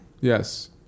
Yes